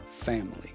family